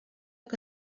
que